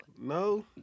No